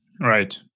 Right